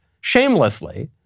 shamelessly